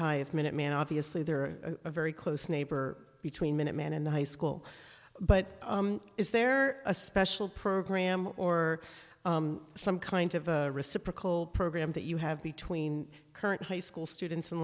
of minuteman obviously they're a very close neighbor between minuteman in the high school but is there a special program or some kind of a reciprocal program that you have between current high school students in